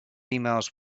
emails